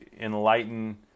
enlighten